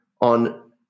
on